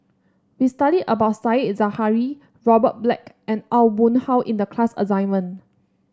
we studied about Said Zahari Robert Black and Aw Boon Haw in the class assignment